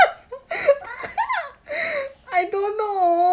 I don't know